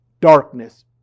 darkness